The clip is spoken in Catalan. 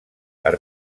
per